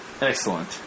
Excellent